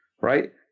right